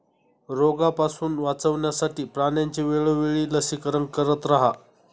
रोगापासून वाचवण्यासाठी प्राण्यांचे वेळोवेळी लसीकरण करत रहा